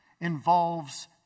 involves